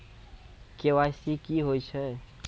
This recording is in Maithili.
के.वाई.सी की होय छै?